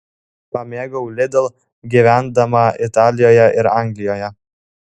pamėgau lidl gyvendama italijoje ir anglijoje